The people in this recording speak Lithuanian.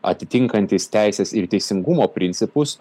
atitinkantys teisės ir teisingumo principus